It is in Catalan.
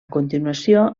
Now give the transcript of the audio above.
continuació